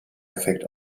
effekt